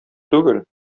түгел